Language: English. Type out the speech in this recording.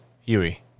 huey